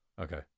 Okay